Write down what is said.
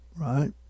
right